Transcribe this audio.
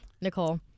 Nicole